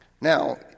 Now